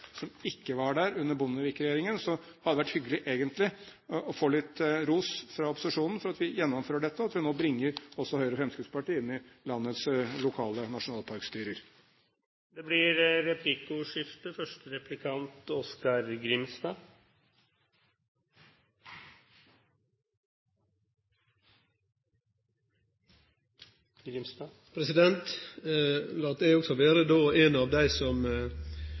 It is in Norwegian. som ikke var der under Bondevik-regjeringen, så det hadde vært hyggelig egentlig å få litt ros fra opposisjonen for at vi gjennomfører dette, og at vi nå også bringer Høyre og Fremskrittspartiet inn i landets lokale nasjonalparkstyrer. Det blir replikkordskifte. Lat meg også vere ein av dei som uttrykkjer glede over at vi har nasjonalparkar som gir oss moglegheiter til å ta vare på det